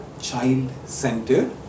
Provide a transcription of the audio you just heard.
child-centered